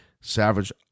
Savage